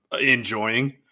enjoying